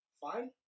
fine